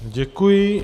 Děkuji.